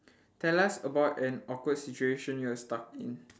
tell us about an awkward situation you're stuck in